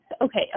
Okay